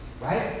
right